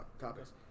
Topics